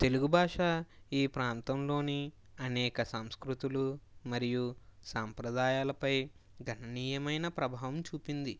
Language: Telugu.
తెలుగు భాష ఈ ప్రాంతంలోని అనేక సంస్కృతులు మరియు సంప్రదాయాలపై గణనీయమైన ప్రభావం చూపింది